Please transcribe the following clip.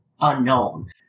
unknown